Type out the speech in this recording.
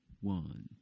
one